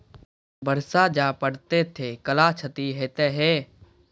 बरसा जा पढ़ते थे कला क्षति हेतै है?